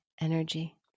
energy